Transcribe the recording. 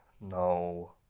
No